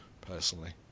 personally